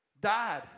died